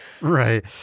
Right